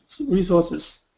resources